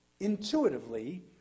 Intuitively